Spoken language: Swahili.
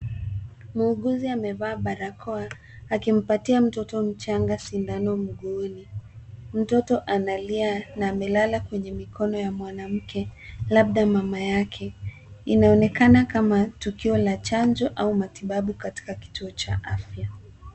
Muuguzi amevaa barakoa akimpatia mtoto mchanga sindano mguuni. Mtoto analia na amelala kwenye mikono ya mwanamke , labda mama yake. Inaonekana kama tukio la chanjo au matibabu katika kituo cha afya.